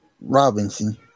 Robinson